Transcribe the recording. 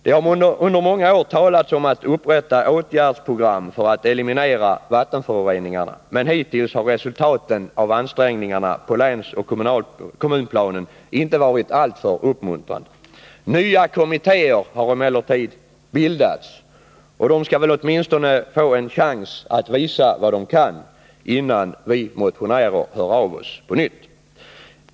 Det har under många år talats om att man skulle upprätta åtgärdsprogram för att eliminera vattenföroreningarna, men hittills har resultaten av ansträngningarna på länsoch kommunplanen inte varit alltför uppmuntrande. Nya kommittéer har emellertid bildats, och de skall väl åtminstone få en chans att visa vad de kan innan vi motionärer hör av oss på nytt.